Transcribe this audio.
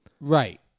Right